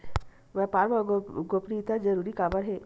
व्यापार मा गोपनीयता जरूरी काबर हे?